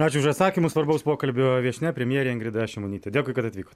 ačiū už atsakymą svarbaus pokalbio viešnia premjerė ingrida šimonytė dėkui kad atvykot